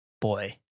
Boy